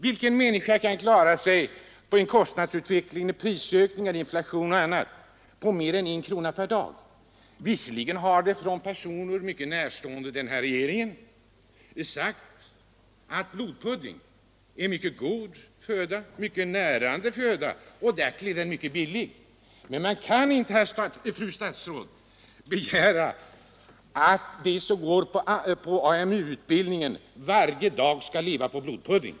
Vilken människa kan med nuvarande kostnadsutveckling, inflation och annat klara sig på drygt en krona per dag? Visserligen har en den här regeringen mycket närstående person sagt att blodpudding är mycket god och närande föda som därtill är väldigt billig. Men man kan inte, fru statsråd, begära att de som går på AMU-utbildning varje dag skall leva på blodpudding.